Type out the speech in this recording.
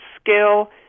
skill